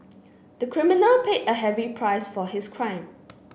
the criminal paid a heavy price for his crime